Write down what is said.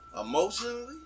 emotionally